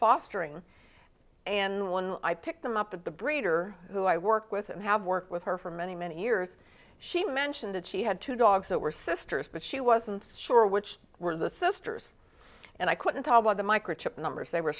fostering and when i picked them up at the breeder who i work with and have worked with her for many many years she mentioned that she had two dogs that were sisters but she wasn't sure which were the sisters and i couldn't tell what the microchip numbers they were